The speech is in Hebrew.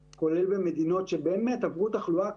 המדינה גם למבקר המדינה עד שאנחנו מדברים עכשיו,